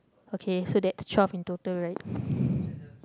okay so that's twelve in total right